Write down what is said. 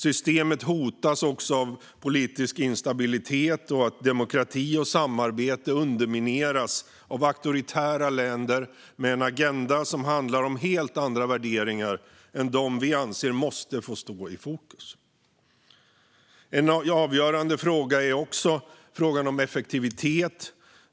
Systemet hotas också av politisk instabilitet, och demokrati och samarbete undermineras av auktoritära länder med en agenda som bygger på helt andra värderingar än de värderingar vi anser måste få stå i fokus. En avgörande fråga är också frågan om effektivitet.